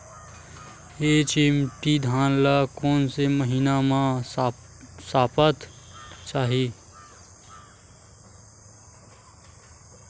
HMT धान ल कोन से महिना म सप्ता चाही?